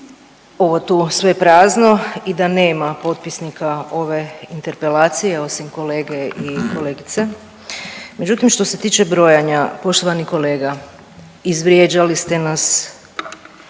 ovo tu sve prazno i da nema potpisnika ove interpelacije osim kolege i kolegice. Međutim, što se tiče brojanja poštovani kolega izvrijeđali ste nas